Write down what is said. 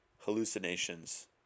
hallucinations